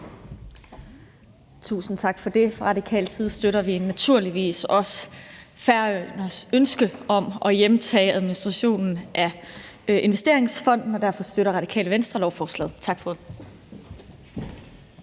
Tusind tak for det. Fra Radikales side støtter vi naturligvis også Færøernes ønske om at hjemtage administrationen af investeringsfonden, og derfor støtter Radikale Venstre lovforslaget. Tak for ordet.